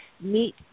meet